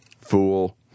fool